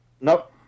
Nope